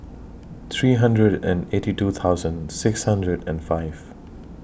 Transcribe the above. three hundred and eighty two thousand six hundred and five